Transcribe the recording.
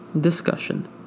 Discussion